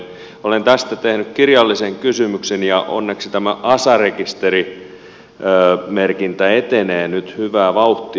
olen tästä tehnyt kirjallisen kysymyksen ja onneksi tämä asa rekisterimerkintä etenee nyt hyvää vauhtia